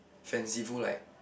fanciful like